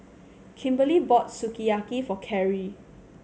Kimberly bought Sukiyaki for Kerri